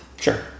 Sure